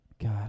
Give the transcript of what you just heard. god